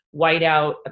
whiteout